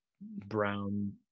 brown